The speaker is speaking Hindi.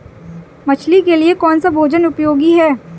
मछली के लिए कौन सा भोजन उपयोगी है?